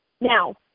Now